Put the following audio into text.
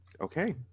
Okay